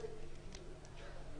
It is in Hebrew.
לשלוח.